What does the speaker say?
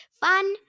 Fun